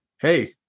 hey